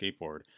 skateboard